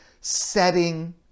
setting